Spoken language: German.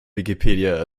wikipedia